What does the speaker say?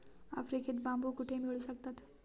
आफ्रिकेत बांबू कुठे मिळू शकतात?